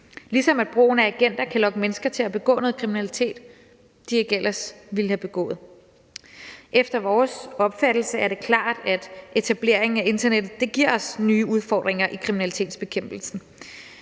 ligesom at brugen af agenter kan lokke mennesker til at begå noget kriminalitet, de ikke ellers ville have begået. Efter vores opfattelse er det klart, at etableringen af internettet giver os nye udfordringer i kriminalitetsbekæmpelsen,